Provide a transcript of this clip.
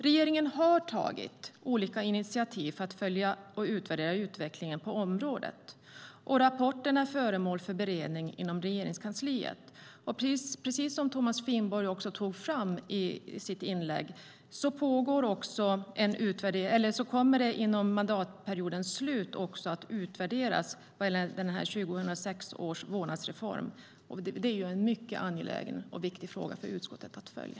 Regeringen har tagit olika initiativ för att följa och utvärdera utvecklingen på området, och rapporten är föremål för beredning inom Regeringskansliet. Precis som Thomas Finnborg tog upp i sitt inlägg kommer 2006 års vårdnadsreform att utvärderas före mandatperiodens slut. Det är en mycket angelägen och viktig fråga för utskottet att följa.